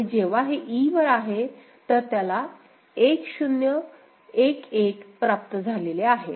आणि जेव्हा हे e वर आहे तर त्याला 1 0 1 1 प्राप्त झाले आहे